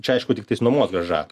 čia aišku tiktais nuomos grąža